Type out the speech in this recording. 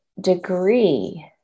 degree